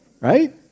right